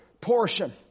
portion